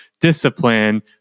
discipline